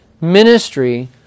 ministry